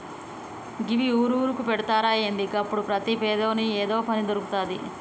గివ్వి ఊరూరుకు పెడ్తరా ఏంది? గప్పుడు ప్రతి పేదోని ఏదో పని దొర్కుతది